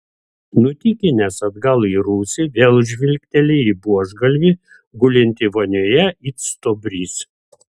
nutykinęs atgal į rūsį vėl žvilgteli į buožgalvį gulintį vonioje it stuobrys